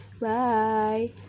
bye